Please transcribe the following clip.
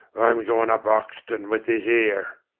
i'm goin' up oxton with this ere.